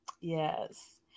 Yes